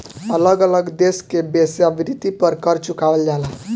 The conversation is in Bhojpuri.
अलग अलग देश में वेश्यावृत्ति पर कर चुकावल जाला